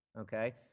okay